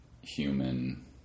human